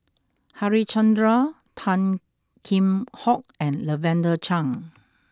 Harichandra Tan Kheam Hock and Lavender Chang